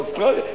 באוסטרליה,